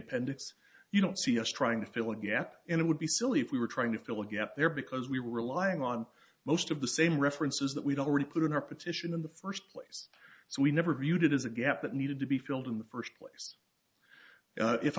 appendix you don't see us trying to fill a gap and it would be silly if we were trying to fill a gap there because we were relying on most of the same references that we don't really put in our petition in the first place so we never viewed it as a gap that needed to be filled in the first place